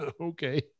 okay